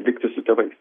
likti su tėvais